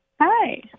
Hi